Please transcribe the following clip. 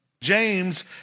James